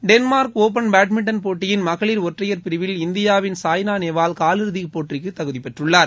Denmark open badminton போட்டியின் மகளிர் ஒற்றையர் பிரிவில் இந்தியாவின் சாய்னா நேவால் காலிறுதி போட்டிக்கு தகுதி பெற்றுள்ளார்